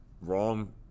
wrong